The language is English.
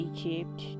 Egypt